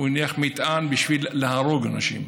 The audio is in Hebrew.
הוא הניח מטען בשביל להרוג אנשים.